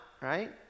right